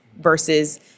versus